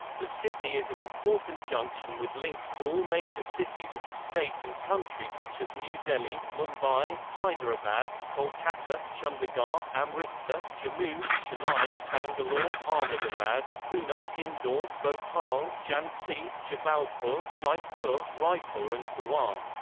the city is an important junction with links to all major cities of the state and country such as new delhi, mumbai, hyderabad, kolkata, chandigarh, amritsar, jammu, chennai, bangalore, ahmedabad, pune, ah indore, bhopal, jhansi, jabalpur, jaipur, raipur and siwan.